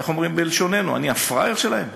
איך אומרים בלשוננו, אני הפראייר שלהם?